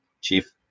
chief